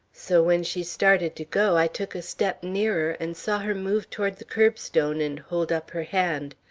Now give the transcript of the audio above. so when she started to go, i took a step nearer, and saw her move toward the curbstone and hold up her hand.